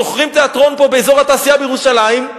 שוכרים תיאטרון פה באזור התעשייה בירושלים,